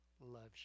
loves